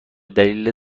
دلیل